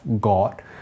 God